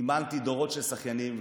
אימנתי דורות של שחיינים.